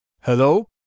Hello